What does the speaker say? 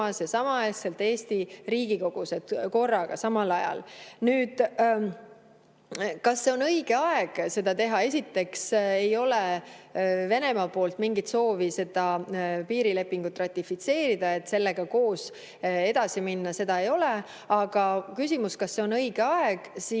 ja samaaegselt Eesti Riigikogus. Korraga, samal ajal. Kas on õige aeg seda teha? Esiteks ei ole Venemaa poolt mingit soovi piirilepingut ratifitseerida, et sellega koos edasi minna, seda ei ole. Aga kas see on õige aeg? Ma